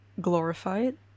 glorified